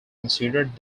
considered